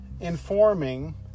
informing